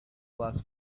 last